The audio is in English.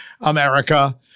America